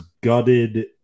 gutted